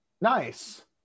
nice